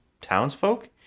townsfolk